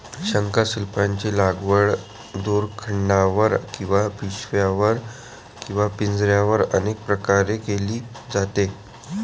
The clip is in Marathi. शंखशिंपल्यांची लागवड दोरखंडावर किंवा पिशव्यांवर किंवा पिंजऱ्यांवर अनेक प्रकारे केली जाते